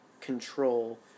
control